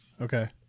Okay